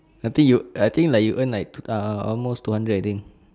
I think you I think like you earn like ah almost two hundred I think